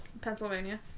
Pennsylvania